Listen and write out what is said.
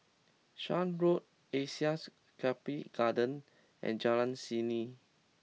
Shan Road Asean Sculpture Garden and Jalan Seni